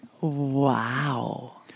Wow